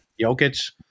Jokic